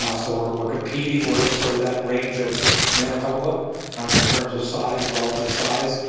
ah so we're we're competing we're in, sort of that range of manitoba in terms of size relative size.